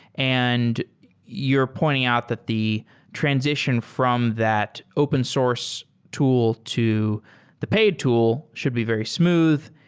and you're pointing out that the transition from that open source tool to the paid tool should be very smooth.